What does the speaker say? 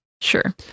Sure